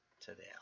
today